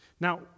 Now